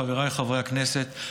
חבריי חברי הכנסת,